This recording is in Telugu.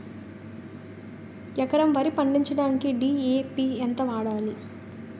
ఎకరం వరి పండించటానికి డి.ఎ.పి ఎంత వాడాలి?